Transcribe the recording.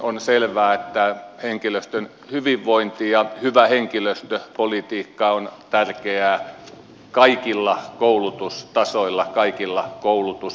on selvää että henkilöstön hyvinvointi ja hyvä henkilöstöpolitiikka on tärkeää kaikilla koulutustasoilla kaikilla koulutusasteilla